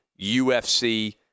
UFC